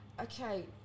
okay